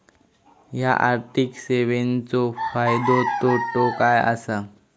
हया आर्थिक सेवेंचो फायदो तोटो काय आसा?